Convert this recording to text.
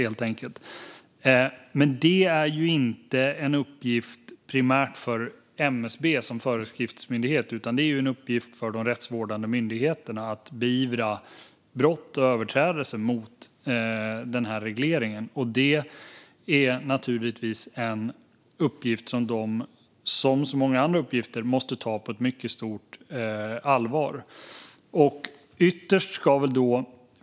Men att beivra brott och överträdelser mot den här regleringen är inte primärt en uppgift för MSB som föreskriftsmyndighet, utan det är en uppgift för de rättsvårdande myndigheterna som de naturligtvis måste ta på mycket stort allvar, som så många andra uppgifter.